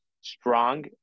strong